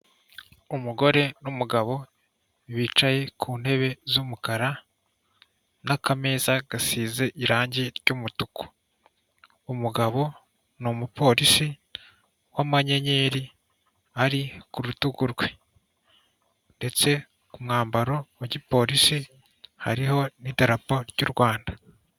Umugore n'umugabo bicaye ku ntebe z'umukara nakameza gasize irangi ry'mutuku. Umugabo numupolisi wamayenyeri ari ku rutugu rwe ndetse umwambaro wa gipolisi hariho n'idarapo ry'u Rwanda.